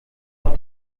auch